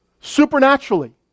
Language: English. Supernaturally